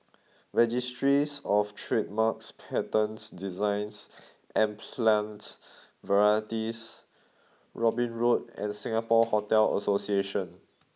registries of Trademarks Patents Designs and Plant Varieties Robin Road and Singapore Hotel Association